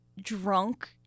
drunk